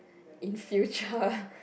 in future